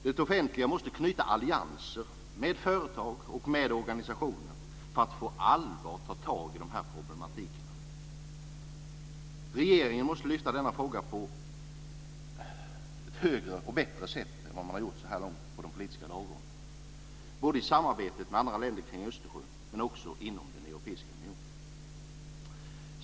Det offentliga måste knyta allianser med företag och organisationer för att på allvar ta tag i problemen. Regeringen måste lyfta upp denna fråga på en högre och bättre nivå på den politiska dagordningen, både i samarbetet med andra länder kring Östersjön men också inom den europeiska unionen.